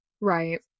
Right